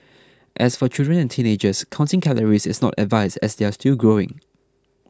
as for children and teenagers counting calories is not advised as they are still growing